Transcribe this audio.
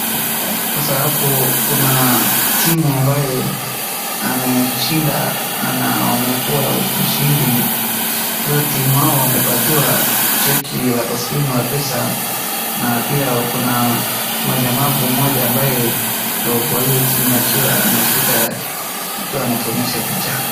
Sasa hapo kuna timu ambayo imeshinda na wamekuwa washindi. Sasa timu hiyo wamepatiwa cheki la taslimu la pesa, na pia kuna mlemavu mmoja ambaye ako kwa hiyo timu akiwa anashika, akiwa anatuonyesha picha.